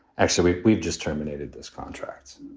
actually, we've just terminated this contract